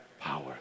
power